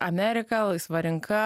amerika laisva rinka